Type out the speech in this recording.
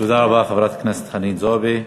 תודה רבה, חברת הכנסת חנין זועבי.